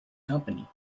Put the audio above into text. company